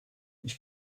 ich